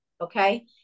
Okay